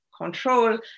control